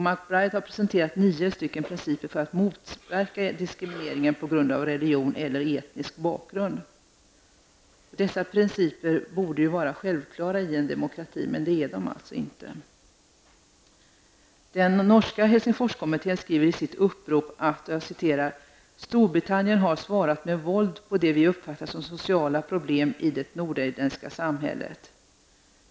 MacBride har presenterat 9 principer för att motverka diskrimineringen på grund av religion eller etnisk bakgrund. Dessa principer borde vara självklara i en demokrati -- men det är de inte. Den norska Helsingforskommittén skriver i sitt upprop att ''Storbritannien har svarat med våld på det vi uppfattar som sociala problem i det nordirländska samhället.